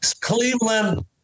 Cleveland